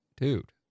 dude